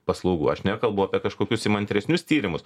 paslaugų aš nekalbu apie kažkokius įmantresnius tyrimus